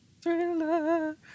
Thriller